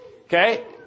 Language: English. Okay